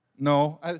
No